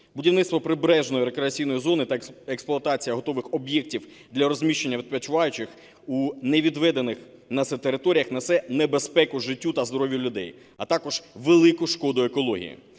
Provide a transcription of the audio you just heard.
Будівництво прибережної рекреаційної зони та експлуатація готових об'єктів для розміщення відпочиваючих у не відведених на це територіях несе небезпеку життю та здоров'ю людей, а також велику шкоду екології.